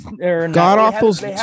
God-awful's